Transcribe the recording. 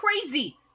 crazy